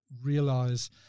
realize